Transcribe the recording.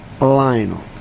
Lionel